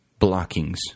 blockings